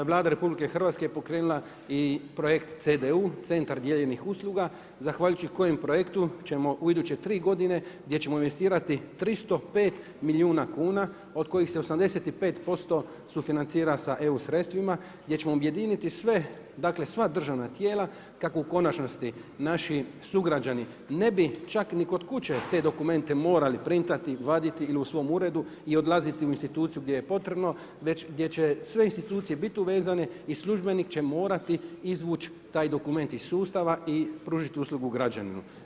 Vlada RH je pokrenula i projekt CDU – Centar dijeljenih usluga zahvaljujući kojem projektu ćemo u iduće tri godine gdje ćemo investirati 305 milijuna kuna od kojih se 85% sufinancira sa EU sredstvima, gdje ćemo objediniti sve, dakle sva državna tijela kako u konačnosti naši sugrađani ne bi čak ni kod kuće te dokumente morali printati, vaditi ili u svom uredu i odlaziti u instituciju gdje je potrebno, gdje će sve institucije bit uvezane i službenik će morati izvući taj dokument iz sustava i pružiti uslugu građaninu.